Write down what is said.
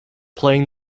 playing